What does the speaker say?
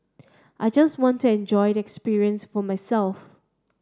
I just wanted enjoy the experience for myself